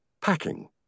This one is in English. Packing